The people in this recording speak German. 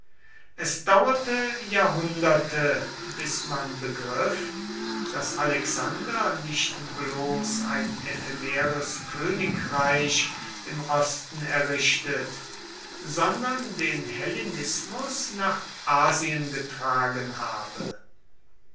es dauerte jahrhunderte bis man begriff daß alexander nicht bloß ein ephemeres königreich im osten errichtet sondern den hellenismus nach asien getragen habe